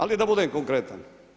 Ali da budem konkretan.